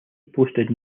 posted